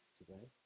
today